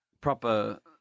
proper